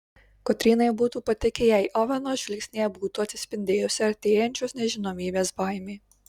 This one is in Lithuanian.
kotrynai būtų patikę jei oveno žvilgsnyje būtų atsispindėjusi artėjančios nežinomybės baimė